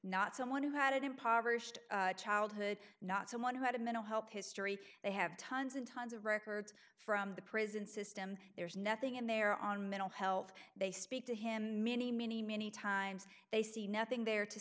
not someone who had an impoverished childhood not someone who had a mental health history they have tons and tons of records from the prison system there is nothing in there on mental health they speak to him many many many times they see nothing there to